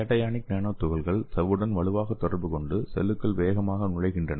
cationic nano துகள்கள் சவ்வுடன் வலுவாக தொடர்பு கொண்டு செல்களுக்குள் வேகமாக நுழைகின்றன